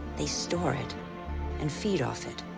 they store it and feed off it,